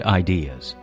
ideas